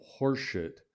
horseshit